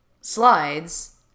slides